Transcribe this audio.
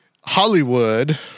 Hollywood